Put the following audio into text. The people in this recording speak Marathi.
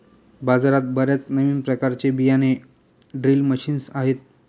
बाजारात बर्याच नवीन प्रकारचे बियाणे ड्रिल मशीन्स आहेत